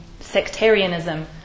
sectarianism